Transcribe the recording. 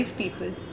people